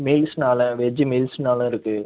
மீல்ஸ்னால் veggie மீல்ஸ்னாலும் இருக்குது